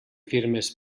firmes